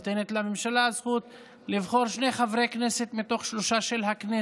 הוועדה נותנת לממשלה זכות לבחור שני חברי כנסת מתוך הכנסת.